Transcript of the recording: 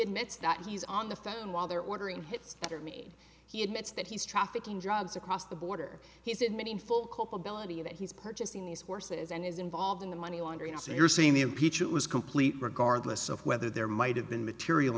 admits that he's on the phone while they're ordering hits that are made he admits that he's trafficking drugs across the border he said many full culpability that he's purchasing these horses and is involved in the money laundering so you're saying the impeachment was complete regardless of whether there might have been material